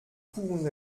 pouvons